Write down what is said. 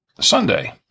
Sunday